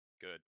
good